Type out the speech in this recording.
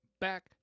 back